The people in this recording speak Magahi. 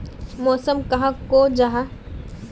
मौसम कहाक को जाहा?